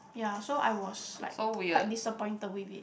ya so I was like quite disappointed with it